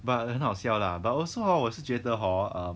but 很好笑啦 but also hor 我是觉得 hor